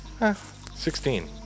16